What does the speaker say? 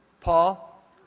Paul